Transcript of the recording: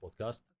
podcast